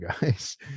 guys